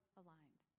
aligned